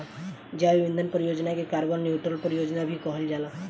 जैव ईंधन परियोजना के कार्बन न्यूट्रल परियोजना भी कहल जाला